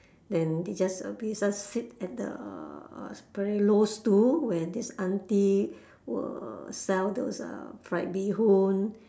and they just we just sit at the uh very low stool where this auntie will sell those uh fried bee-hoon